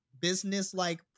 business-like